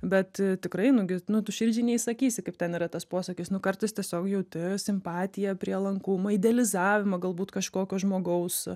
bet tikrai nu gi nu tu širdžiai neįsakysi kaip ten yra tas posakis nu kartais tiesiog jauti simpatiją prielankumą idealizavimą galbūt kažkokio žmogaus